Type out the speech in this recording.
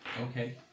Okay